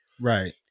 right